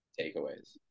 takeaways